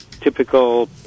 typical